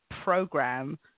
program